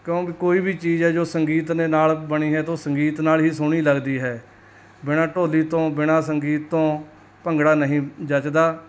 ਕਿਉਂਕਿ ਕੋਈ ਵੀ ਚੀਜ਼ ਹੈ ਜੋ ਸੰਗੀਤ ਨੇ ਨਾਲ ਬਣੀ ਹੈ ਤਾਂ ਉਹ ਸੰਗੀਤ ਨਾਲ ਹੀ ਸੋਹਣੀ ਲੱਗਦੀ ਹੈ ਬਿਨਾਂ ਢੋਲੀ ਤੋਂ ਬਿਨਾਂ ਸੰਗੀਤ ਤੋਂ ਭੰਗੜਾ ਨਹੀਂ ਜਚਦਾ